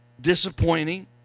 disappointing